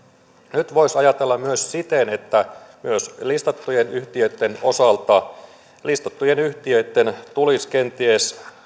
nyt voisi ajatella myös siten että myös listattujen yhtiöitten osalta listattujen yhtiöitten tulisi kenties